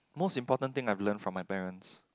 most important thing I've learn from my parents